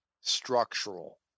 structural